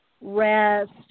rest